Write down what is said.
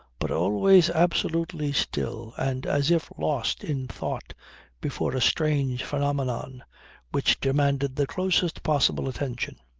but always absolutely still and as if lost in thought before a strange phenomenon which demanded the closest possible attention.